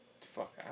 Fuck